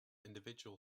individual